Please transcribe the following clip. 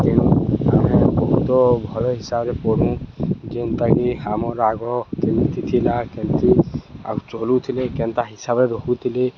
ତେଣୁ ଆମେ ବହୁତ ଭଲ ହିସାବରେ ପଢ଼ୁ ଯେନ୍ତାକି ଆମର୍ ଆଗ କେମିତି ଥିଲା କେମିତି ଆଉ ଚଲୁଥିଲେ କେନ୍ତା ହିସାବରେ ରହୁଥିଲେ